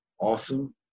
awesome